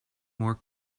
more